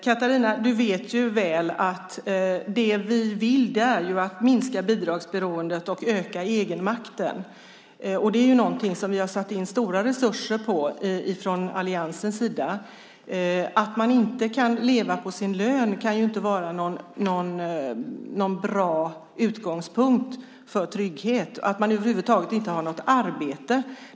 Fru talman! Du vet väl, Catharina, att det vi vill är att minska bidragsberoendet och öka egenmakten. Det är någonting som vi har satt in stora resurser på från alliansens sida. Att man inte kan leva på sin lön kan inte vara någon bra utgångspunkt för trygghet eller att man över huvud taget inte har något arbete.